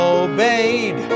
obeyed